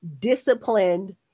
disciplined